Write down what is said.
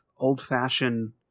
old-fashioned